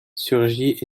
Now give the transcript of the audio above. surgit